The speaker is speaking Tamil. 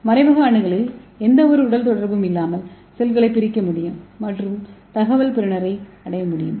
மறைமுக அணுகலில் எந்தவொரு உடல் தொடர்பும் இல்லாமல் செல்களை பிரிக்க முடியும் மற்றும் தகவல் பெறுநரை அடைய முடியும்